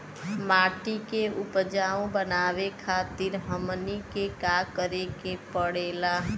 माटी के उपजाऊ बनावे खातिर हमनी के का करें के पढ़ेला?